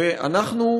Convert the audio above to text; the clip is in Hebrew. ואנחנו,